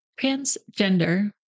transgender